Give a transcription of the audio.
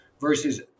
versus